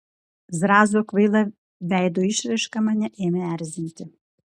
zrazo kvaila veido išraiška mane ėmė erzinti